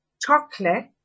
chocolate